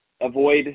avoid